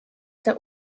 der